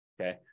okay